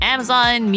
Amazon